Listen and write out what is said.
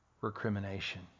recrimination